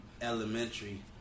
elementary